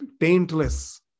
taintless